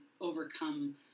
overcome